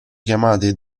chiamate